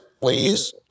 please